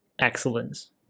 excellence